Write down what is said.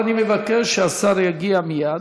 ואני מבקש שהשר יגיע מייד.